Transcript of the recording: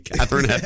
Catherine